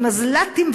עם מזל"טים,